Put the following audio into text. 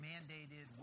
mandated